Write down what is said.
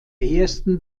ersten